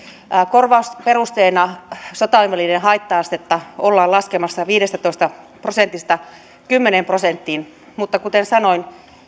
korvausperusteena sotainvalidien haitta astetta ollaan laskemassa viidestätoista prosentista kymmeneen prosenttiin mutta kuten sanoin